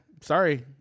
sorry